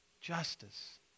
justice